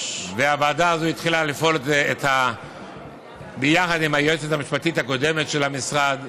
והוועדה הזאת התחילה לפעול ביחד עם היועצת המשפטית הקודמת של המשרד,